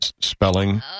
spelling